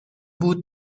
بود